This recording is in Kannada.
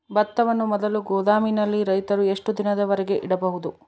ಭತ್ತವನ್ನು ಮೊದಲು ಗೋದಾಮಿನಲ್ಲಿ ರೈತರು ಎಷ್ಟು ದಿನದವರೆಗೆ ಇಡಬಹುದು?